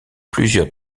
plusieurs